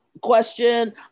Question